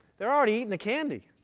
they're already eating the candy.